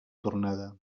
tornada